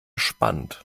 spannend